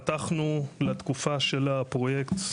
פתחנו לתקופה של הפרויקט,